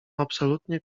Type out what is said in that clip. absolutnie